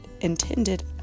intended